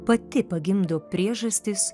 pati pagimdo priežastis